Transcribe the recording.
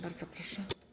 Bardzo proszę.